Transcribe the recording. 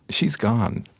she's gone.